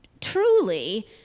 truly